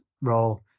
role